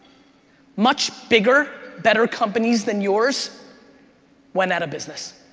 much bigger, better companies than yours went out of business.